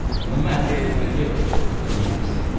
and the man being the hero aeneas.